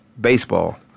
Baseball